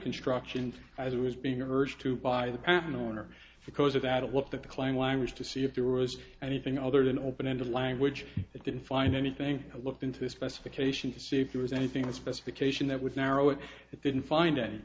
constructions as it was being urged to by the common owner because of that it looked at the claim language to see if there was anything other than open ended language it didn't find anything i looked into specifications to see if there was anything a specification that would narrow it it didn't find any